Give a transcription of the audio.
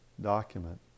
document